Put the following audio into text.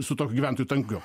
su tokiu gyventojų tankiu